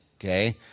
okay